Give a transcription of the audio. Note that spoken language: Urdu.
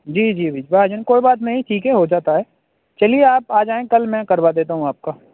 جی جی بھائی جان کوئی بات نہیں ٹھیک ہے ہو جاتا ہے چلیے آپ آ جائیں کل میں کروا دیتا ہوں آپ کا